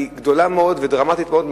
במחירי המים היא גדולה מאוד ודרמטית מאוד,